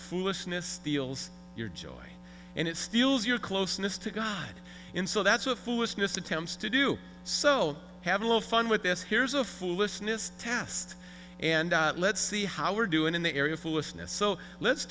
foolishness steals your joy and it steals your closeness to god in so that's a foolishness attempts to do so have a little fun with this here's a foolishness test and let's see how we're doing in the area foolishness so let's